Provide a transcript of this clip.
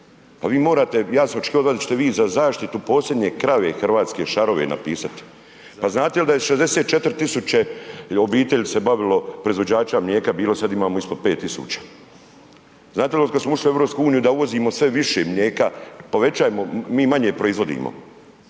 pa vi morate, ja sam očekivao od vas da ćete vi za zaštitu posljednje krave Hrvatske šarove napisat. Pa znate li da je 64.000 obitelji se bavilo proizvođača mlijeka je bilo, sad imamo ispod 5.000, znate li od kada smo ušli u EU da uvozimo sve više mlijeka, povećajemo, mi manje proizvodimo,